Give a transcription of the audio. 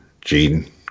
Gene